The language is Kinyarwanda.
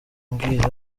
mbwira